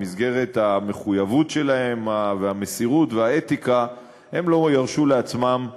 במסגרת המחויבות שלהם והמסירות והאתיקה הם לא ירשו לעצמם לשבות.